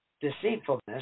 deceitfulness